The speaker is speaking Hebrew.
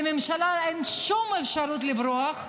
לממשלה אין שום אפשרות לברוח.